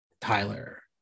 Tyler